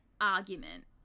argument